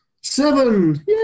Seven